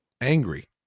angry